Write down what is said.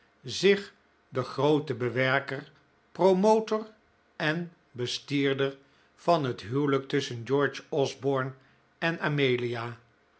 zich de groote bewerker promotor en bestierder van het huwelijk tusschen george osborne en amelia